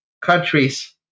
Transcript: countries